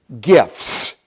gifts